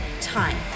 time